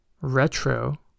retro